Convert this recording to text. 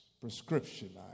prescription